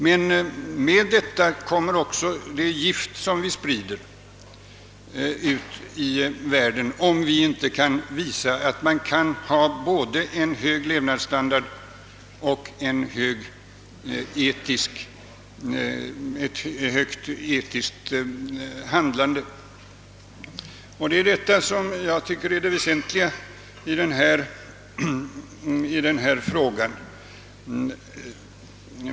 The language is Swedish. Men därmed följer också det gift som vi sprider ut i världen, om vi inte kan visa att det är möjligt att förena en hög levnadsstandard med ett etiskt högt handlande. Detta är det väsentliga i denna fråga.